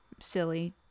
silly